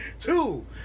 Two